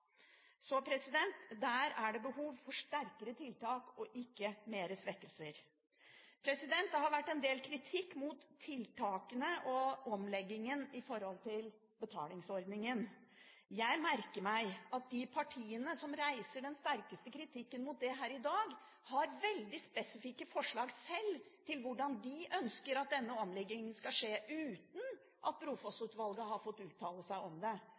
Så der er det behov for sterkere tiltak og ikke flere svekkelser. Det har vært en del kritikk mot tiltakene og omleggingen i forbindelse med betalingsordningen. Jeg merker meg at de partiene som reiser den sterkeste kritikken mot det her i dag, sjøl har veldig spesifikke forslag til hvordan de ønsker at denne omleggingen skal skje, uten at Brofoss-utvalget har fått uttale seg om det.